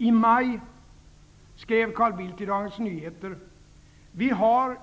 I maj skrev Carl Bildt i Dagens Nyheter: Vi har